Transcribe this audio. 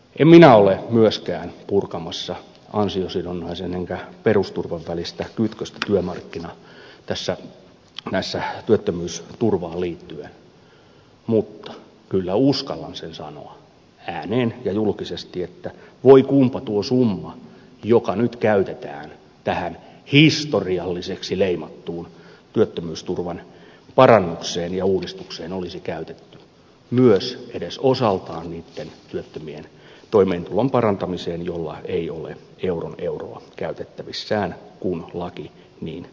en minä ole myöskään purkamassa ansiosidonnaisen enkä perusturvan välistä kytköstä työttömyysturvaan liittyen mutta kyllä uskallan sen sanoa ääneen ja julkisesti että voi kunpa tuo summa joka nyt käytetään tähän historialliseksi leimattuun työttömyysturvan parannukseen ja uudistukseen olisi käytetty edes osaltaan myös niitten työttömien toimeentulon parantamiseen joilla ei ole euron euroa käytettävissään kun laki niin toimii